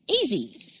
easy